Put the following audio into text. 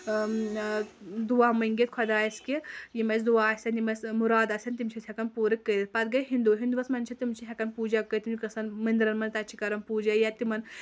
دُعا مٔنٛگِتھ خۄدایس کہِ یِم أسۍ دُعا آسن یِم اَسہِ مُراد آسن تِم چھِ أسۍ ہٮ۪کان پوٗرٕ کٔرِتھ پَتہٕ گٔیے ہِنٛدُو ہِنٛدُوس منٛز چھِ تِم چھِ ہٮ۪کان پوٗجا کٔرِتھ تِم چھِ گژھان مٔنٛدِرَن منٛز تَتہِ چھِ کران پوٗجا یا تِمن